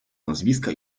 nazwiska